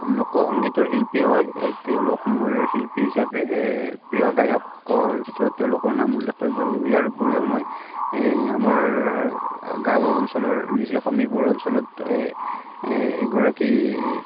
লোকসংগীতৰ শিল্পী হয় তেওঁলোক মোৰ শিল্পী হিচাপে এ প্ৰিয় গায়কৰ ভিতৰত তেওঁলোকৰ নাম উল্লেখ কৰিব লাগিব ইয়াৰ উপৰিও মই এই মোৰ গাঁও অঞ্চলৰ নিজা সমীপৰ অঞ্চলত এ এগৰাকী